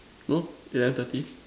no eleven thirty